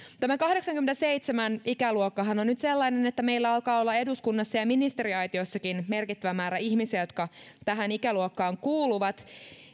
tämä kahdeksankymmenenseitsemän ikäluokkahan on nyt sellainen että meillä alkaa olla eduskunnassa ja ministeriaitiossakin merkittävä määrä ihmisiä jotka tähän ikäluokkaan kuuluvat